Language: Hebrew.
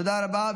תודה רבה.